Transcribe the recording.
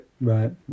right